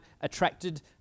attracted